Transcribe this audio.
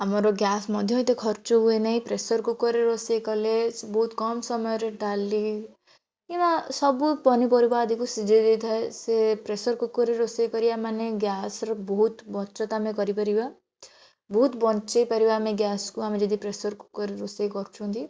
ଆମର ଗ୍ୟାସ୍ ମଧ୍ୟ ଖର୍ଚ୍ଚ ହୁଏ ନାହିଁ ପ୍ରେସର୍ କୁକର୍ରେ ରୋଷେଇ କଲେ ବହୁତ କମ ସମୟରେ ଡାଲି କିମ୍ବା ସବୁ ପନିପରିବା ଅଧିକ ସିଝାଇ ଦେଥାଏ ସେ ପ୍ରେସର୍ କୁକର୍ରେ ରୋଷେଇ କରିବା ମାନେ ଗ୍ୟାସ୍ର ବହୁତ ବଚତ ଆମେ କରିପାରିବା ବହୁତ ବଞ୍ଚାଇ ପାରିବା ଆମେ ଗ୍ୟାସ୍କୁ ଆମେ ଯଦି ପ୍ରେସର୍ କୁକର୍ରେ ରୋଷେଇ କରୁଛନ୍ତି